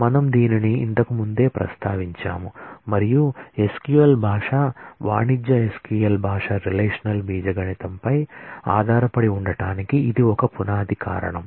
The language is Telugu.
మనం దీనిని ఇంతకు ముందే ప్రస్తావించాము మరియు SQL భాష వాణిజ్య SQL భాష రిలేషనల్ ఆల్జీబ్రాపై ఆధారపడి ఉండటానికి ఇది ఒక పునాది కారణం